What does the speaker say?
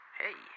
hey